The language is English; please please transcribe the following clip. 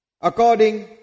According